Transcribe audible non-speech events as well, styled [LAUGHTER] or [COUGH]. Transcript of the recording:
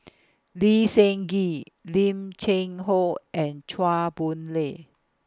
[NOISE] Lee Seng Gee Lim Cheng Hoe and Chua Boon Lay